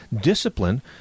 discipline